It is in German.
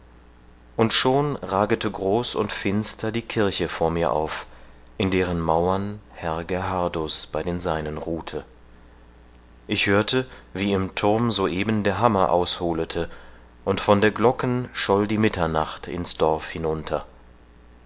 und schon ragete groß und finster die kirche vor mir auf in deren mauern herr gerhardus bei den seinen ruhte ich hörte wie im thurm soeben der hammer ausholete und von der glocken scholl die mitternacht ins dorf hinunter